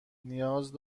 نیاز